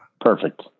Perfect